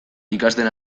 ikasten